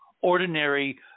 ordinary